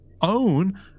own